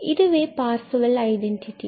எனவே இதுவே Parseval identity